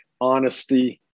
honesty